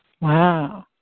Wow